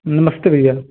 नमस्ते भैया